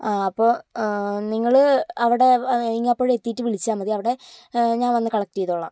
ആ അപ്പോൾ നിങ്ങൾ അവിടെ ഇരിങ്ങാപ്പുഴ എത്തിയിട്ട് വിളിച്ചാൽ മതി അവിടെ ഞാൻ വന്ന് കളക്ട് ചെയ്തോളാം